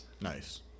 Nice